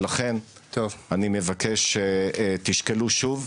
ולכן אני מבקש, תשקלו שוב.